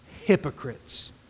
hypocrites